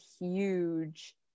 huge